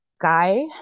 guy